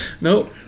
nope